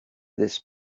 this